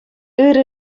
ырӑ